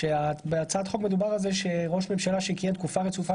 בהצעת החוק מדובר על זה שראש ממשלה שכיהן תקופה רצופה